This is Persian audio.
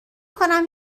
کنم